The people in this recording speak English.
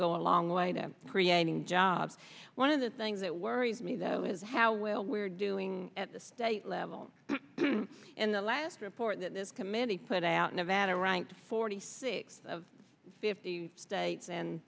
go a long way to creating jobs one of the things that worries me though is how well we're doing at the state level and the last report that this committee put out nevada ranked forty six of fifty states